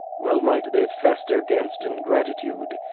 well might they fester gainst ingratitude,